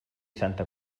santa